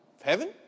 Heaven